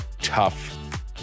tough